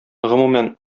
гомумән